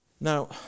Now